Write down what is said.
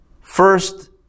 first